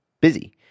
busy